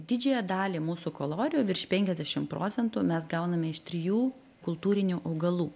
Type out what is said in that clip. didžiąją dalį mūsų kalorijų virš penkiasdešim procentų mes gauname iš trijų kultūrinių augalų